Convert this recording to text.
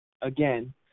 Again